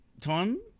time